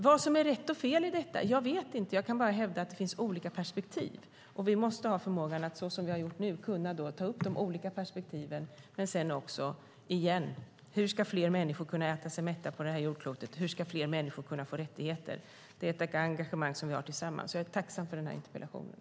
Vad som är rätt och fel i detta vet jag inte. Jag kan bara hävda att det finns olika perspektiv. Vi måste ha förmågan att, som vi har gjort nu, kunna ta upp de olika perspektiven och sedan fundera över: Hur ska fler människor kunna äta sig mätta på det här jordklotet? Hur ska fler människor få rättigheter? Det är ett engagemang som vi har tillsammans. Jag är tacksam för den här interpellationen.